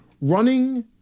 Running